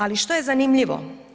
Ali, što je zanimljivo?